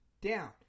down